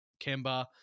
Kemba